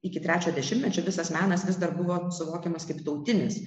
iki trečio dešimtmečio visas menas vis dar buvo suvokiamas kaip tautinis